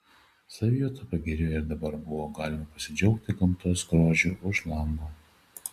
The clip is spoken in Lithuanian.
savijauta pagerėjo ir dabar buvo galima pasidžiaugti gamtos grožiu už lango